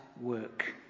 work